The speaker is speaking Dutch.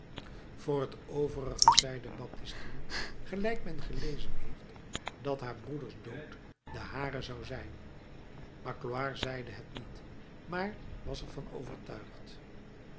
voor t overige zeide baptistine gelijk men gelezen heeft dat haars broeders dood de hare zou zijn magloire zeide het niet maar was er van overtuigd